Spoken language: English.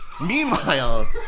Meanwhile